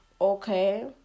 okay